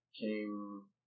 came